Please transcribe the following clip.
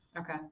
Okay